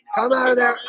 hello there.